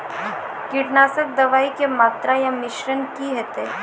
कीटनासक दवाई के मात्रा या मिश्रण की हेते?